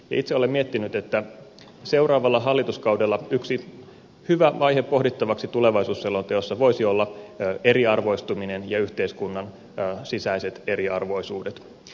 itse olen miettinyt että seuraavalla hallituskaudella yksi hyvä aihe pohdittavaksi tulevaisuusselonteossa voisi olla eriarvoistuminen ja yhteiskunnan sisäiset eriarvoisuudet